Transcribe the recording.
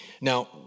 Now